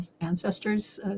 ancestors